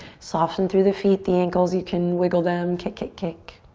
soften through the feet, the ankles. you can wiggle them. kick, kick, kick.